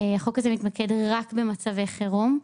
החוק הזה מתמקד רק במצבי חירום.